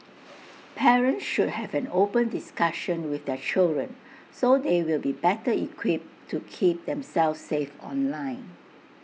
parents should have an open discussion with their children so they will be better equipped to keep themselves safe online